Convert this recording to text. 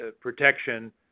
protection